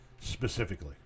specifically